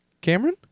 Cameron